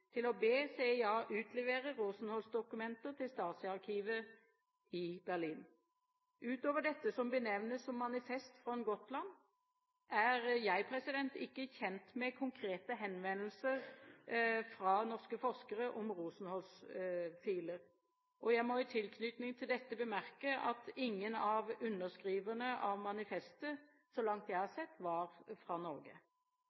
til å be CIA utlevere Rosenholz-dokumenter til Stasi-arkivet i Berlin. Utover dette som benevnes som Manifest från Gotland, er jeg ikke kjent med konkrete henvendelser fra norske forskere om Rosenholz-filer. Jeg må i tilknytning til dette bemerke at ingen av underskriverne av manifestet, så langt jeg har